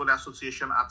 Association